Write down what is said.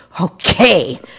okay